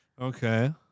Okay